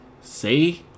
Say